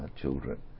children